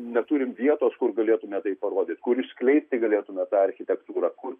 neturim vietos kur galėtume tai parodyt kur išskleisti galėtume tą architektūrą kur